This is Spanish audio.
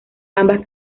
ambas